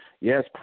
Yes